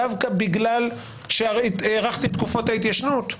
דווקא שהארכתי את תקופת ההתיישנות,